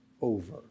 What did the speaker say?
over